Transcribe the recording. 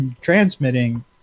transmitting